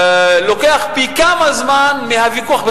שלוקח פי כמה זמן מהוויכוח,